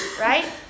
right